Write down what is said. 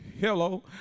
Hello